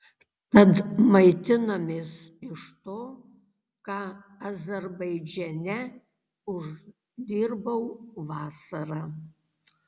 tad maitinamės iš to ką azerbaidžane uždirbau vasarą